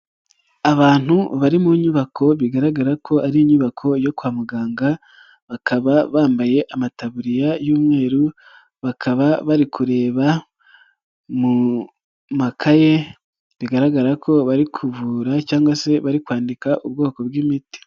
Abantu bari mu nyubako bigaragara ko ari inyubako yo kwa muganga, bakaba bambaye amataburiya y'umweru, bakaba bari kureba mu makaye bigaragara ko bari kuvura cyangwa se bari kwandika ubwoko bw'imiti.